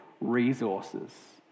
resources